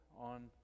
on